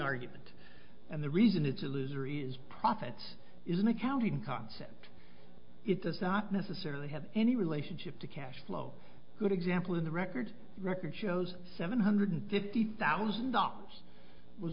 argument and the reason it's a loser is profit is an accounting concept it does not necessarily have any relationship to cash flow good example in the record record shows seven hundred fifty thousand dollars was